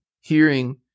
hearing